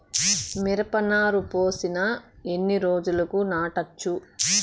మిరప నారు పోసిన ఎన్ని రోజులకు నాటచ్చు?